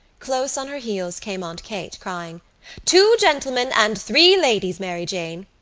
close on her heels came aunt kate, crying two gentlemen and three ladies, mary jane!